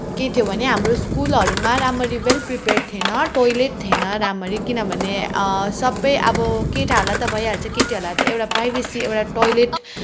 के थियो भने हाम्रो स्कुलहरूमा राम्ररी वेल प्रिपेर्ड थिएन टोयलट थिएन राम्ररी किनभने सबै अब केटाहरूलाई त भइहाल्छ केटीहरूलाई त एउटा प्राइभेसी एउटा टोयलेट